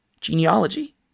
Genealogy